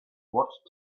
watched